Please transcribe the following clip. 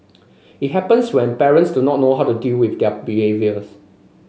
it happens when parents do not know how to deal with their behaviours